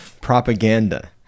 propaganda